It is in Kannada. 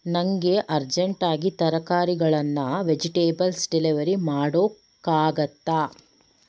ನನಗೆ ಅರ್ಜೆಂಟಾಗಿ ತರಕಾರಿಗಳನ್ನು ವೆಜಿಟೇಬಲ್ಸ್ ಡೆಲಿವರಿ ಮಾಡೋಕ್ಕಾಗುತ್ತಾ